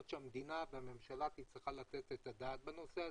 שהמדינה והממשלה צריכה לתת את הדעת בנושא,